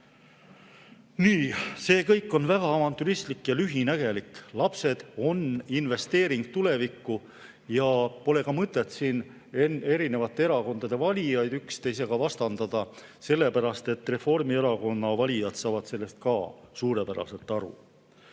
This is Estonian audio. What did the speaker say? See kõik on väga avantüristlik ja lühinägelik. Lapsed on investeering tulevikku ja pole mõtet siin erinevate erakondade valijaid üksteisega vastandada, sellepärast et ka Reformierakonna valijad saavad sellest suurepäraselt aru.